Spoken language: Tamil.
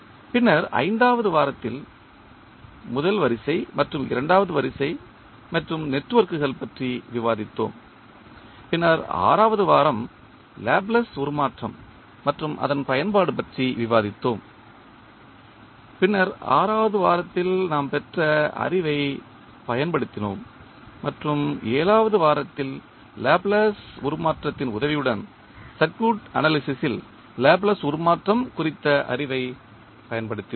பின்னர் 5 வது வாரத்தில் முதல் வரிசை மற்றும் இரண்டாவது வரிசை மற்றும் நெட்வொர்க்குகள் பற்றி விவாதித்தோம் பின்னர் ஆறாவது வாரம் லாப்லேஸ் உருமாற்றம் மற்றும் அதன் பயன்பாடு பற்றி விவாதித்தோம் பின்னர் ஆறாவது வாரத்தில் நாம் பெற்ற அறிவைப் பயன்படுத்தினோம் மற்றும் 7 வது வாரத்தில் லாப்லேஸ் உருமாற்றத்தின் உதவியுடன் சர்க்யூட் அனாலிசிஸ் ல் லாப்லேஸ் உருமாற்றம் குறித்த அறிவைப் பயன்படுத்தினோம்